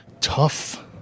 Tough